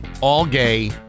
all-gay